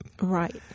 Right